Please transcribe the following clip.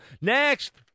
next